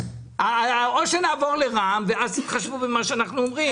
אולי נעבור לרע"מ ואז תתחשבו במה שאנחנו אומרים.